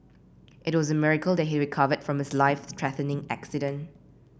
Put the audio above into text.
it was a miracle that he recovered from his life threatening accident